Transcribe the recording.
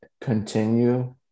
continue